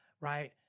right